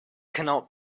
cannot